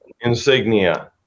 insignia